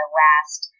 last